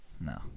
No